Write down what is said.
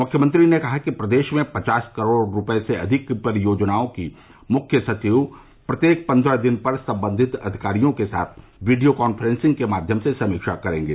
मुख्यमंत्री ने कहा कि प्रदेश में पचास करोड़ रूपये से अधिक की परियोजनाओं की मुख्य सचिव प्रत्येक पंद्रह दिन पर संबंधित अधिकारियों के साथ वीडियो कांफ्रेंसिंग के माध्यम से समीक्षा करेंगे